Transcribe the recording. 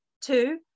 Two